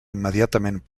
immediatament